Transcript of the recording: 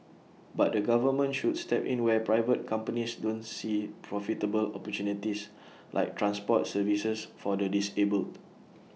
but the government should step in where private companies don't see profitable opportunities like transport services for the disabled